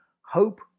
Hope